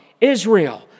Israel